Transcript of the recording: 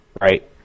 Right